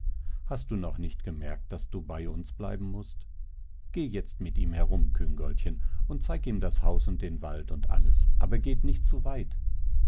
hast du noch nicht gemerkt daß du bei uns bleiben mußt geh jetzt mit ihm herum küngoltchen und zeig ihm das haus und den wald und alles aber geht nicht zu weit